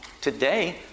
Today